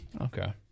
Okay